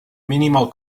minimal